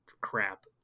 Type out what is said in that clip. crap